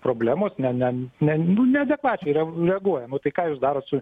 problemos ne ne ne nu neadekvačiai yra reaguojama o tai ką jūs darot su